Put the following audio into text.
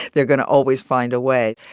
they're going to always find a way.